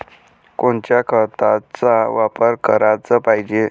कोनच्या खताचा वापर कराच पायजे?